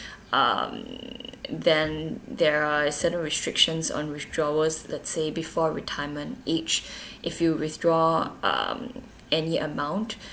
um then there are certain restrictions on withdrawals let's say before retirement each if you withdraw um any amount